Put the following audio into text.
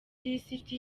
lisiti